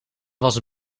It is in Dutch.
was